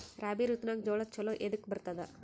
ರಾಬಿ ಋತುನಾಗ್ ಜೋಳ ಚಲೋ ಎದಕ ಬರತದ?